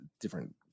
different